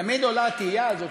ותמיד עולה התהייה הזאת,